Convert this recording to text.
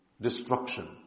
destruction